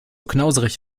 knauserig